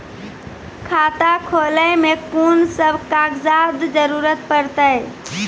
खाता खोलै मे कून सब कागजात जरूरत परतै?